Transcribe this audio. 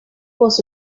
was